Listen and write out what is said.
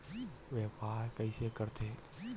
व्यापार कइसे करथे?